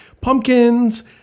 pumpkins